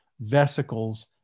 vesicles